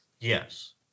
yes